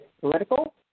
political